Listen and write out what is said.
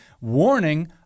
warning